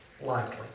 likely